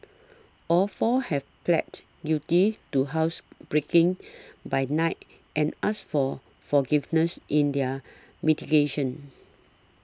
all four have pleaded guilty to housebreaking by night and asked for forgiveness in their mitigation